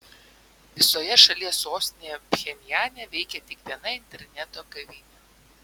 visoje šalies sostinėje pchenjane veikia tik viena interneto kavinė